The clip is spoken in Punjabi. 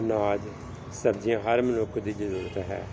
ਅਨਾਜ ਸਬਜ਼ੀਆਂ ਹਰ ਮਨੁੱਖ ਦੀ ਜ਼ਰੂਰਤ ਹੈ